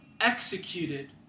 executed